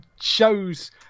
shows